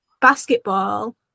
basketball